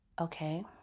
Okay